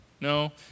no